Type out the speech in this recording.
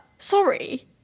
Sorry